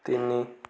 ତିନି